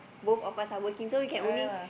both of us are working so we can only